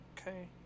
Okay